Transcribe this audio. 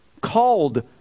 Called